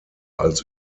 als